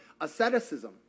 asceticism